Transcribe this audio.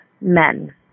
men